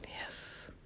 Yes